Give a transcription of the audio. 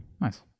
Nice